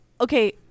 Okay